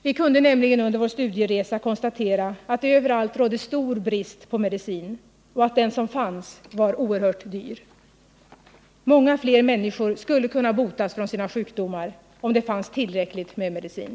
Vi kunde nämligen under vår studieresa konstatera att ået överallt rådde stor brist på medicin och att den som fanns var oerhört dyr. Många fler människor skulle kunna botas från sina sjukdomar om det fanns tillräckligt med medicin.